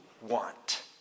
want